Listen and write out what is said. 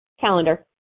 calendar